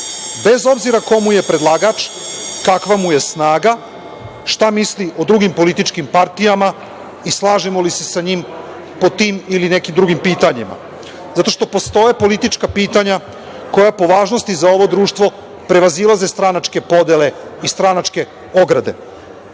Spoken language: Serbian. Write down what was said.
bez obzira ko mu je predlagač, kakva mu je snaga, šta misli o drugim političkim partijama i slažemo li se sa njim po tim ili nekim drugim pitanjima. Zato što postoje politička pitanja koja po važnosti za ovo društvo prevazilaze stranačke podele i stranačke ograde. Zato